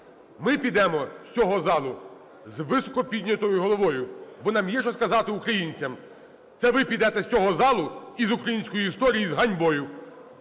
Ми підемо з цього залу з високо піднятою головою, бо нам є що сказати українцям. Це ви підете з цього залу і з української історії з ганьбою.